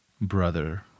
Brother